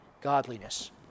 godliness